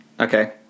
Okay